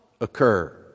occur